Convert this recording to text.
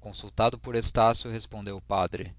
consultado por estácio respondeu o padre